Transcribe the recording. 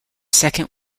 second